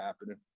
happening